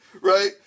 right